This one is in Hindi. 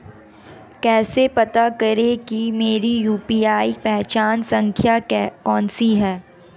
कैसे पता करें कि मेरी यू.पी.आई पहचान संख्या कौनसी है?